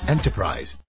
Enterprise